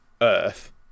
Earth